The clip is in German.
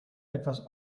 etwas